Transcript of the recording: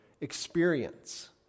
experience